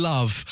Love